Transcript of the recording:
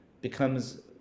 becomes